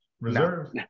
Reserves